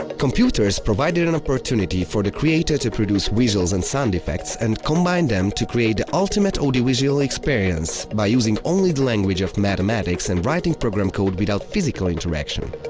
computers provided an opportunity for the creator to produce visuals and sound effects and combine them to create the ultimate audiovisual experience, by using only the language of mathematics and writing program code, without physical interaction.